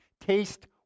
Taste